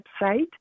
website